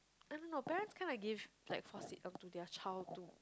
I don't know parents kind of give like force it onto their child to